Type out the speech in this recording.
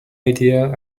idea